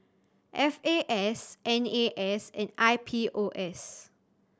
F A S N A S and I P O S